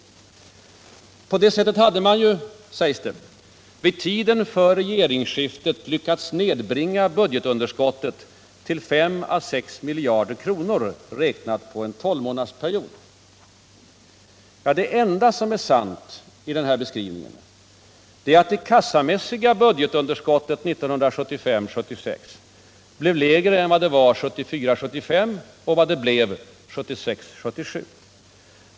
På det sättet hade man, påstås det, vid tiden för regeringsskiftet lyckats nedbringa budgetunderskottet till 5 å 6 miljarder kronor räknat på en tolvmånadersperiod. Det enda som är sant i den beskrivningen är att det kassamässiga budgetunderskottet 1975 75 och vad det blev 1976/77.